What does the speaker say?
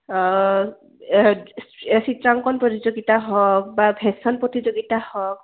চিত্ৰাংকন প্ৰতিযোগিতা হওক বা ভেকচন প্ৰতিযোগিতা হওক